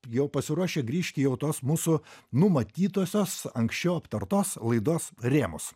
jau pasiruošę grįžk į jau tos mūsų numatytosios anksčiau aptartos laidos rėmus